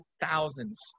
thousands